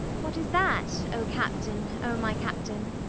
what is that, o captain, o my captain?